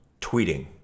tweeting